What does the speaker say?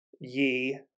ye